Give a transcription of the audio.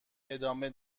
ادامه